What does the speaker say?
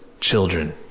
children